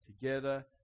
together